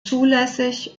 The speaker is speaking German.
zulässig